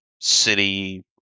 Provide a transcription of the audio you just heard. city